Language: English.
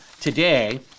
today